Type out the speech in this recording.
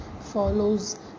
follows